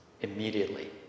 immediately